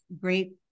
great